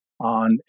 on